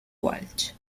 walsh